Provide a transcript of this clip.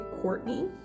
Courtney